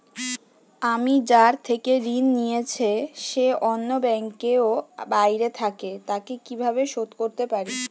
আমি যার থেকে ঋণ নিয়েছে সে অন্য ব্যাংকে ও বাইরে থাকে, তাকে কীভাবে শোধ করতে পারি?